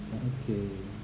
okay